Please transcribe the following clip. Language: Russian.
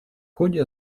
ходе